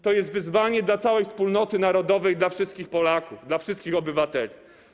To jest wyzwanie dla całej wspólnoty narodowej, dla wszystkich Polaków, dla wszystkich obywateli.